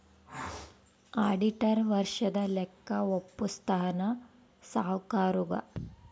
auditor ವರ್ಷದ ಲೆಕ್ಕ ವಪ್ಪುಸ್ತಾನ ಸಾವ್ಕರುಗಾ